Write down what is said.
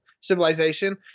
Civilization